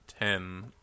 ten